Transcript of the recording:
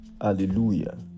hallelujah